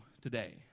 today